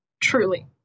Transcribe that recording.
Truly